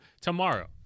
tomorrow